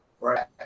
right